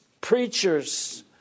preachers